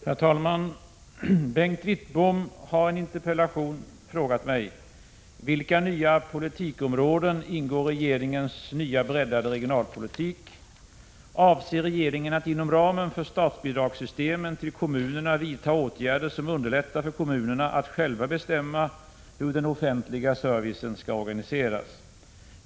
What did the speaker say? Herr talman! Bengt Wittbom har i en interpellation frågat mig: 2. Avser regeringen att inom ramen för statsbidragssystemen till kommunerna vidta åtgärder som underlättar för kommunerna att själva bestämma hur den offentliga servicen skall organiseras? 3.